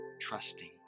trusting